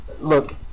look